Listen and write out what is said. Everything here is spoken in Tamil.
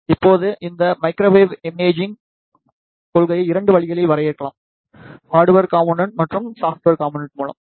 இப்போது இந்த மைக்ரோவேவ் இமேஜிங் கொள்கையை 2 வழிகளில் வரையறுக்கலாம் ஹார்டவெர் காம்போனென்ட்கள் மற்றும் சாப்ட்வெர் காம்போனென்ட் மூலம்